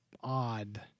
odd